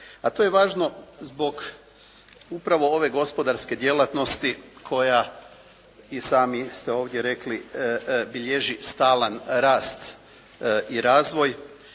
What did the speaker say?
A to je važno zbog upravo ove gospodarske djelatnosti koja i sami ste ovdje rekli bilježi stalan rast i razvoj